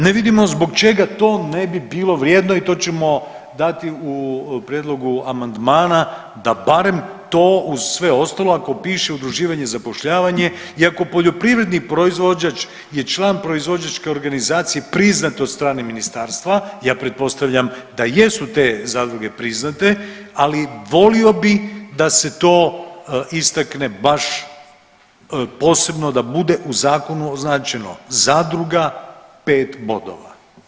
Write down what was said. Ne vidimo zbog čega to ne bi bilo vrijedno i to ćemo dati u prijedlogu amandmana da barem to uz sve ostalo ako piše udruživanje i zapošljavanje iako poljoprivredni proizvođač je član proizvođačke organizacije priznat od strane ministarstva, ja pretpostavljam da jesu te zadruge priznate, ali volio bi da se to istakne baš posebno da bude u zakonu označeno, zadruga 5 bodova.